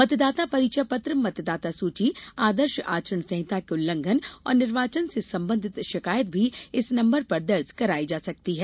मतदाता परिचय पत्र मतदाता सूची आदर्श आचरण संहिता के उल्लंघन और निर्वाचन से संबंधित शिकायत भी इस नंबर पर दर्ज करायी जा सकती है